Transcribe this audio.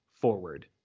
forward